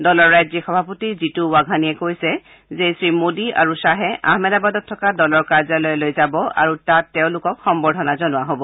দলৰ ৰাজ্যিক সভাপতি জিতু বাঘানিয়ে কৈছে যে শ্ৰীমোদী আৰু খাহে আহমেদাবাদত থকা দলৰ কাৰ্যালয়লৈ যাব আৰু তাত তেওঁলোকক সম্বৰ্ধনা জনোৱা হ'ব